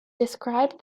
described